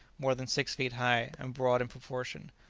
more than six feet high, and broad in proportion.